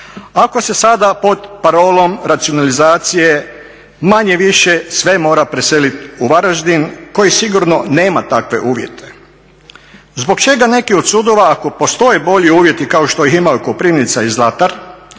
ako se sada pod parolom racionalizacije manje-više sve mora preseliti u Varaždin koji sigurno nema takve uvjete. Zbog čega neki od sudova ako postoje bolji uvjeti kao što ih imaju Koprivnica i Zlatar